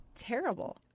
terrible